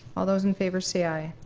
all those in favor say aye.